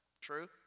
true